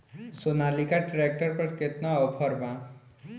Sonalika tractor पर केतना offer बा?